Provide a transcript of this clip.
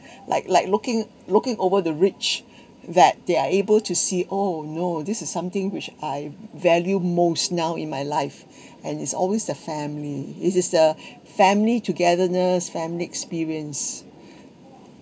like like looking looking over the rich that they're able to see oh no this is something which I value most now in my life and it's always the family it is the family togetherness family experience